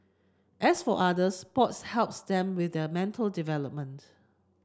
as for others sports helps them with their mental development